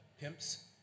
pimps